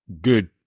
good